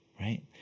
right